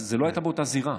אז זו לא הייתה אותה זירה,